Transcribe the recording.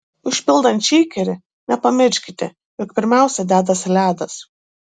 užpildant šeikerį nepamirškite jog pirmiausia dedasi ledas